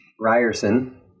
Ryerson